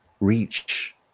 reach